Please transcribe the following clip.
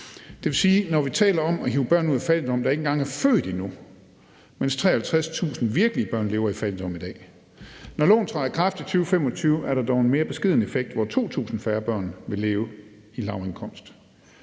Det vil sige, at når vi taler om at hive børn, der ikke engang er født endnu, ud af fattigdom, er der 53.000 virkelige børn, der lever i fattigdom i dag. Når loven træder i kraft i 2025, er der dog en mere beskeden effekt, hvor 2.000 færre børn vil leve i lavindkomst